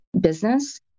business